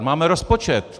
Máme rozpočet!